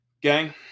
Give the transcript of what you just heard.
Gang